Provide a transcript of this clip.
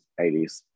80s